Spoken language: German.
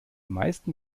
meisten